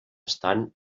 estan